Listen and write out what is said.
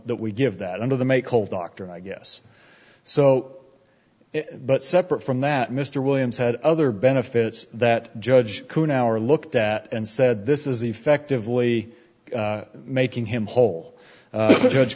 that we give that under the may call dr i guess so but separate from that mr williams had other benefits that judge who now are looked at and said this is effectively making him whole the judge